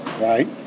right